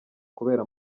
kubera